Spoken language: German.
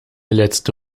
letzte